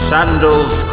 Sandals